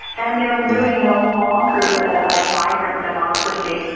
and they are really no longer a vibrant democracy.